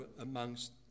amongst